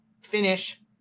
finish